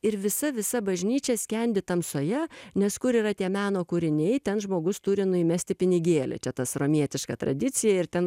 ir visa visa bažnyčia skendi tamsoje nes kur yra tie meno kūriniai ten žmogus turi įmesti pinigėlį čia tas romietiška tradicija ir ten